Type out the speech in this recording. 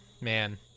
man